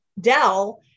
Dell